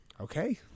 Okay